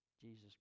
Jesus